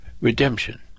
redemption